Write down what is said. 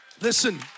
Listen